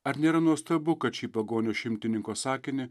ar nėra nuostabu kad ši pagonio šimtininko sakinį